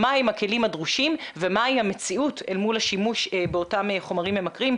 מה הם הכלים הדרושים ומהי המציאות אל מול השימוש באותם חומרים ממכרים,